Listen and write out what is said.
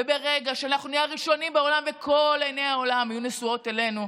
וברגע שאנחנו נהיה הראשונים בעולם ועיני כל העולם יהיו נשואות אלינו,